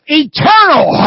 eternal